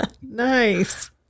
Nice